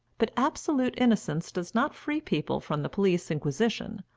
but absolute innocence does not free people from the police inquisition,